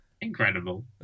Incredible